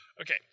Okay